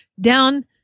down